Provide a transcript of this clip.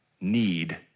need